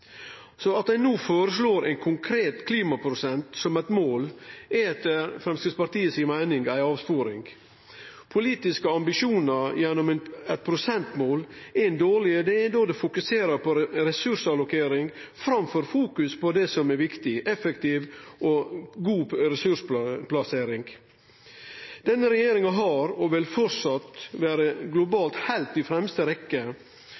at ein no føreslår ein konkret klimaprosent som eit mål, ei avsporing, etter Framstegspartiet si meining. Politiske ambisjonar gjennom eit prosentmål er ein dårleg idé, då det fokuserer på ressursallokering framfor på det som er viktig: effektiv og god ressursplassering. Denne regjeringa har vore og vil framleis vere